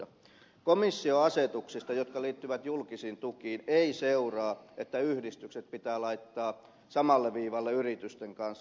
komission asetuksista jotka liittyvät julkisiin tukiin ei seuraa että yhdistykset pitää laittaa samalle viivalle yritysten kanssa